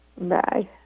Bye